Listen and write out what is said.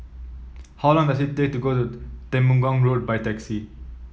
how long does it take to get to Temenggong Road by taxi